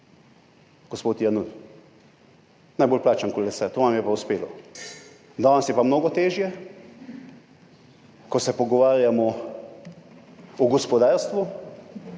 gospod Jenull. Najbolj plačan kolesar, to vam je pa uspelo. Danes je pa mnogo težje, ko se pogovarjamo o gospodarstvu,